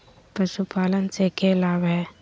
पशुपालन से के लाभ हय?